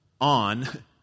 on